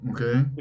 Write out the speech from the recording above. Okay